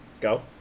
Go